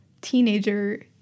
teenager